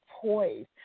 poised